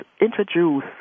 introduce